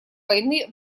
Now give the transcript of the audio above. войны